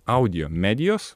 audio medijos